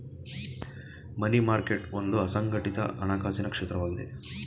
ಮನಿ market ಒಂದು ಅಸಂಘಟಿತ ಹಣಕಾಸಿನ ಕ್ಷೇತ್ರವಾಗಿದೆ